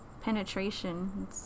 penetration